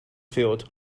field